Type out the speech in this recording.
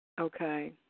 Okay